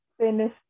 finish